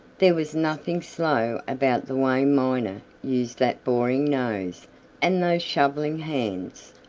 there was nothing slow about the way miner used that boring nose and those shoveling hands.